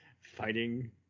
fighting